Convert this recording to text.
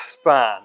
span